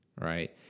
Right